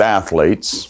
athletes